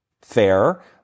fair